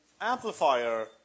amplifier